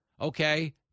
okay